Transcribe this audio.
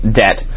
debt